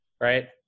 right